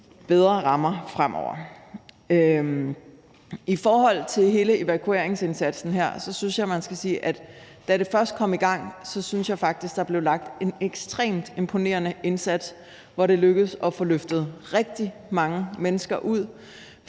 mig rigtig meget. I forhold til hele evakueringsindsatsen her synes jeg, man skal sige, at da det først kom i gang, blev der faktisk gjort en ekstremt imponerende indsats, hvor det lykkedes at få løftet rigtig mange mennesker ud